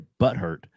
butthurt